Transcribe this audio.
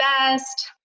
best